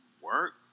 work